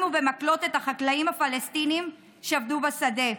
ובמקלות את החקלאים הפלסטינים שעבדו בשדה.